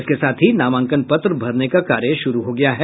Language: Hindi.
इसके साथ ही नामांकन पत्र भरने का कार्य शुरू हो गया है